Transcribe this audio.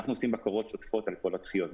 אנחנו עושים בקרות שוטפות על כל הדחיות,